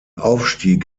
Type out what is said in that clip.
aufstieg